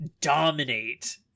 dominate